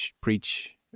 preach